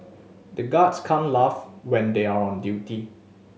the guards can't laugh when they are on duty